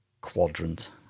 quadrant